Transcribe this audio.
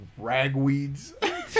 ragweeds